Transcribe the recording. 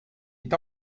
est